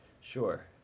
Sure